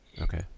Okay